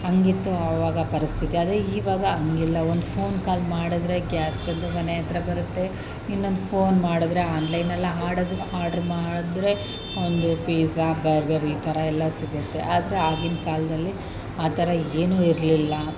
ಹಂಗಿತ್ತು ಆವಾಗ ಪರಿಸ್ಥಿತಿ ಅದೇ ಇವಾಗ ಹಂಗಿಲ್ಲ ಒಂದು ಫೋನ್ ಕಾಲ್ ಮಾಡಿದ್ರೆ ಗ್ಯಾಸ್ ಬಂದು ಮನೆಯ ಹತ್ರ ಬರುತ್ತೆ ಇನ್ನೊಂದು ಫೋನ್ ಮಾಡಿದ್ರೆ ಆನ್ಲೈನ್ನಲ್ಲಿ ಹಾಡೋದು ಆರ್ಡ್ರ್ ಮಾಡಿದ್ರೆ ಒಂದು ಪಿಜ್ಜಾ ಬರ್ಗರ್ ಈ ಥರಯೆಲ್ಲ ಸಿಗುತ್ತೆ ಆದರೆ ಆಗಿನ ಕಾಲದಲ್ಲಿ ಆ ಥರ ಏನು ಇರಲಿಲ್ಲ